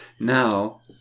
Now